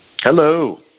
Hello